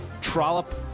trollop